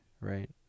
right